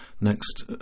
Next